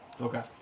Okay